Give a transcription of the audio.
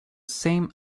same